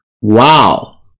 Wow